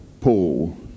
Paul